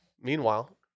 Meanwhile